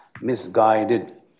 misguided